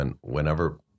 Whenever